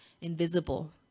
invisible